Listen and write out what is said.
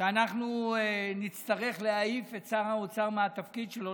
שאנחנו נצטרך להעיף את שר האוצר מהתפקיד שלו,